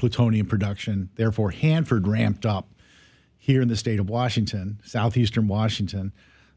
plutonium production therefore hanford ramped up here in the state of washington southeastern washington